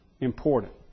important